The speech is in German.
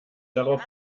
darauf